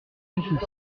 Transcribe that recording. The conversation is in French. complice